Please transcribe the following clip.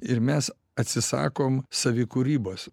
ir mes atsisakom savikūrybos